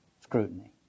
scrutiny